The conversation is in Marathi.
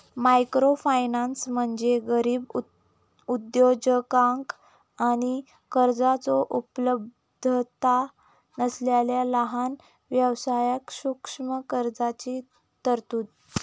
मायक्रोफायनान्स म्हणजे गरीब उद्योजकांका आणि कर्जाचो उपलब्धता नसलेला लहान व्यवसायांक सूक्ष्म कर्जाची तरतूद